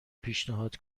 پیشنهاد